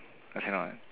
understand or not